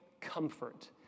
comfort